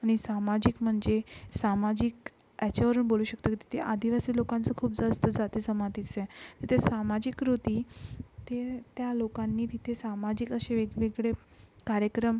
आणि सामाजिक म्हणजे सामाजिक याच्यावरून बोलू शकतो की तिथे आदिवासी लोकांचं खूप जास्त जाती जमातीचे आहे तिथे सामाजिक कृती ते त्या लोकांनी तिथे सामाजिक असे वेगवेगळे कार्यक्रम